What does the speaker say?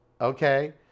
okay